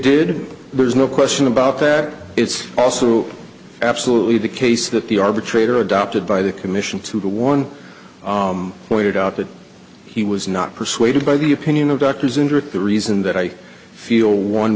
did there's no question about that it's also absolutely the case that the arbitrator adopted by the commission to the one pointed out that he was not persuaded by the opinion of doctors under the reason that i feel one